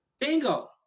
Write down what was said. Bingo